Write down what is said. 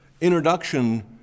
introduction